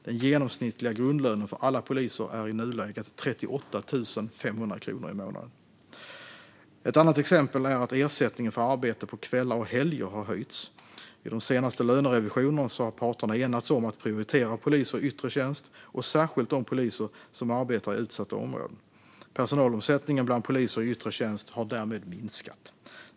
Den genomsnittliga grundlönen för alla poliser är i nuläget 38 500 kronor i månaden. Ett annat exempel är att ersättningen för arbete på kvällar och helger har höjts. I de senaste lönerevisionerna har parterna enats om att prioritera poliser i yttre tjänst och särskilt de poliser som arbetar i utsatta områden. Personalomsättningen bland poliser i yttre tjänst har därmed minskat.